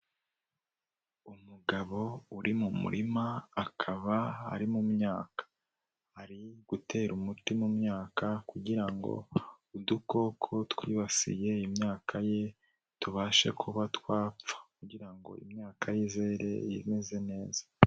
Umugabo uri mu murima akaba ari mu myaka, ari gutera umuti mu myaka, kugira udukoko twibasiye imyaka ye tubashe kuba twapfa, kugira ngo imyaka ye izere imeze neza.